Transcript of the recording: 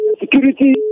security